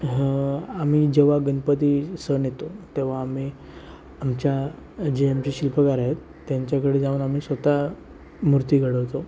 आम्ही जेव्हा गणपती सण येतो तेव्हा आम्ही आमच्या जे आमचे शिल्पकार आहेत त्यांच्याकडे जाऊन आम्ही स्वतः मूर्ती घडवतो